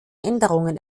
änderungen